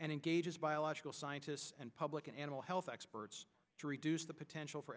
and engages biological scientists and public animal health experts to reduce the potential for